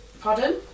Pardon